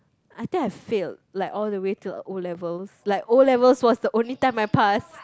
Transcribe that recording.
I think I failed like all the way to O-levels like O-levels was the only time my pass